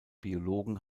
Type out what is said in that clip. biologen